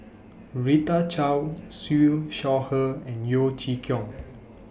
Rita Chao Siew Shaw Her and Yeo Chee Kiong